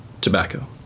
tobacco